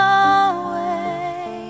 away